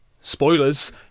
spoilers